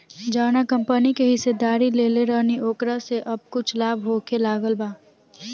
जावना कंपनी के हिस्सेदारी लेले रहनी ओकरा से अब कुछ लाभ होखे लागल बा